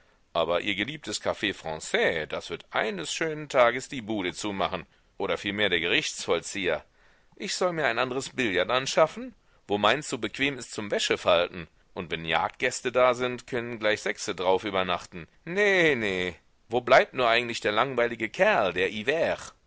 aber ihr geliebtes caf franais das wird eines schönen tages die bude zumachen oder vielmehr der gerichtsvollzieher ich soll mir ein andres billard anschaffen wo meins so bequem ist zum wäschefalten und wenn jagdgäste da sind können gleich sechse drauf übernachten nee nee wo bleibt nur eigentlich der langweilige kerl der hivert